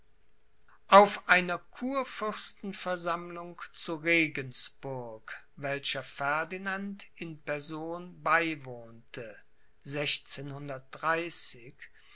auf einer kurfürstenversammlung zu regensburg welcher ferdinand in person beiwohnte